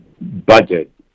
budget